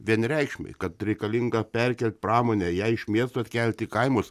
vienareikšmei kad reikalinga perkelt pramonę ją iš miesto atkelti į kaimus